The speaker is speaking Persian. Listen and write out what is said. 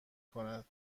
کند